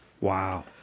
Wow